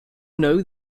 know